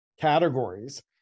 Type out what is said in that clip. categories